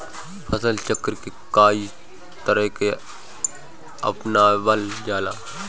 फसल चक्र के कयी तरह के अपनावल जाला?